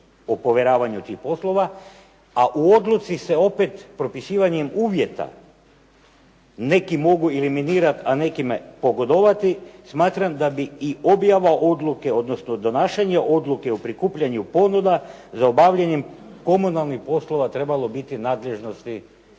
o povjeravanju tih poslova, a u odluci se opet propisivanjem uvjeta neki mogu eliminirati, a neki pogodovati, smatram da bi i objava odluke, odnosno donašanje odluke o prikupljanju ponuda za obavljanje komunalnih poslova trebalo biti u nadležnosti